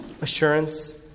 Assurance